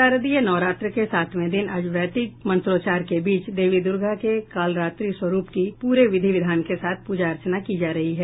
शारदीय नवरात्र के सातवें दिन आज वैदिक मंत्रोच्चार के बीच देवी दुर्गा के कालरात्रि स्वरूप की पूरे विधि विधान के साथ पूजा अर्चना की जा रही है